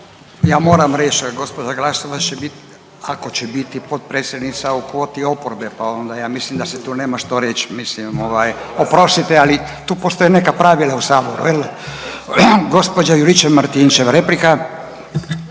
Ja moram reći, gđa Glasovac će bit, ako će biti potpredsjednica u kvoti oporbe, pa onda ja mislim da se tu nema što reći, mislim ovaj, oprostite, ali tu postoje neka pravila u Saboru, je li? Gđa Juričev-Martinčev, replika.